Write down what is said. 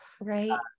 Right